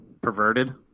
perverted